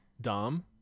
Dom